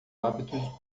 hábito